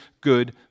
good